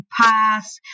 pass